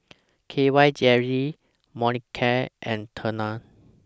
K Y Jelly Molicare and Tena